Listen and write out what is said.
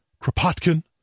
Kropotkin